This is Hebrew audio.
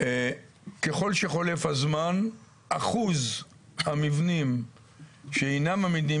ככל שחולף הזמן אחוז המבנים שאינם עמידים